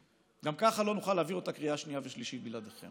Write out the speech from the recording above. גם ככה לא נוכל להעביר אותה בקריאה שנייה ושלישית בלעדיכם.